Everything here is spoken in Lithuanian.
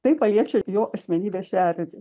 tai paliečia jo asmenybės šerdį